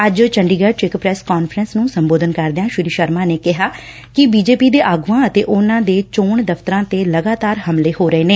ਅੱਜ ਚੰਡੀਗੜ੍ ਚ ਇਕ ਪ੍ਸੈਸ ਕਾਨਫਰੰਸ ਨੂੰ ਸੰਬੋਧਨ ਕਰਦਿਆਂ ਸ੍ਰੀ ਸ਼ਰਮਾ ਨੇ ਕਿਹਾ ਕਿ ਬੀਜੇਪੀ ਦੇ ਆਗੂਆਂ ਅਤੇ ਉਨ੍ਹਾਂ ਦੇ ਚੋਣ ਦਫ਼ਤਰਾਂ ਤੇ ਲਗਾਤਾਰ ਹਮਲੇ ਹੋ ਰਹੇ ਨੇ